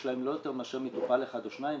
יש להן לא יותר מאשר מטופל אחד או שניים.